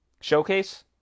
showcase